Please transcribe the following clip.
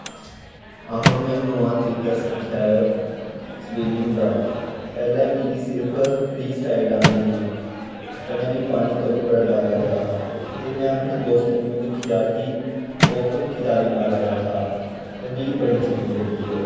आहो में नोआ तरीका सिक्खेआ ऐ स्विमिंग दा पैह्लै मिगी सिर्फ फ्री स्टाइल आंदी ही कन्नै मिगी पानी तो वी बड़ा डर लगदा हा फिर में अपनें दोस्तें नू दिक्खेआ कि ओह् पुट्ठी तारी मारा दा हा ते मिगी बड़ी चंगी लग्गी ओह्